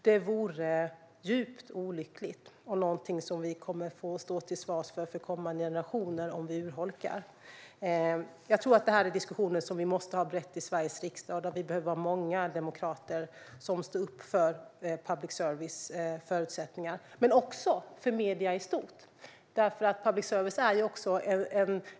Om vi urholkar det kommer vi att få stå till svars för det inför kommande generationer. Jag tror att det här är diskussioner som vi måste ha brett i Sveriges riksdag. Vi behöver vara många demokrater som står upp för public services förutsättningar. Men vi behöver också stå upp för medier i stort.